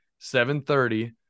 7.30